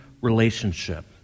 relationship